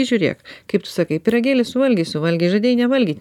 žiūrėk kaip tu sakai pyragėlį suvalgysiu valgį žadėjai nevalgyt